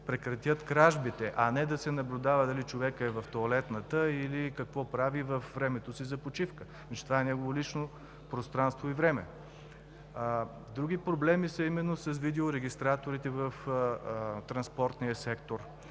прекратят кражбите, а не да се наблюдава дали човекът е в тоалетната, или какво прави във времето си за почивка – това е неговото лично пространство и време. Други проблеми са именно с видеорегистраторите в транспортния сектор.